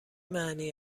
معنی